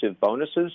bonuses